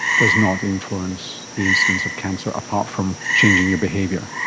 does not influence the incidence of cancer, apart from changing your behaviour.